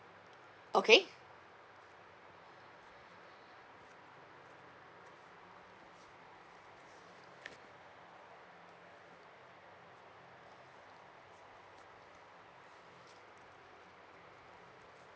okay